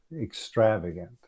extravagant